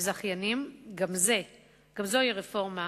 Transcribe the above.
לזכיינים, גם זוהי רפורמה